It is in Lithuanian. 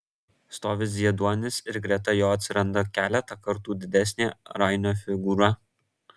stovi zieduonis ir greta jo atsiranda keletą kartų didesnė rainio figūra